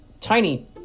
tiny